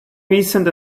recent